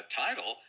title